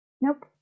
nope